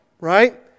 right